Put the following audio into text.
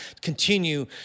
continue